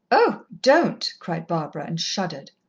oh don't! cried barbara, and shuddered.